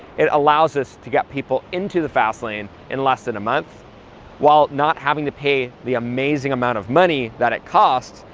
it allows us to get people into the fast lane in less than a month while not having to pay the amazing amount of money that it costs,